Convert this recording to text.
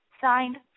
Signed